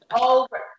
over